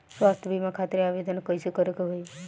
स्वास्थ्य बीमा खातिर आवेदन कइसे करे के होई?